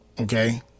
okay